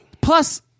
Plus